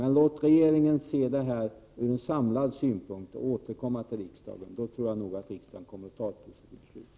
Men låt regeringen göra en samlad översyn och återkomma till riksdagen. Då kommer riksdagen nog att fatta ett beslut.